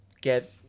get